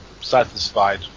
satisfied